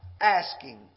asking